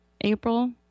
April